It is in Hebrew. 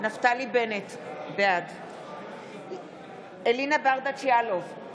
נפתלי בנט, בעד אלינה ברדץ' יאלוב,